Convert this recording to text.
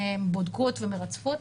בודקות ומרצפות,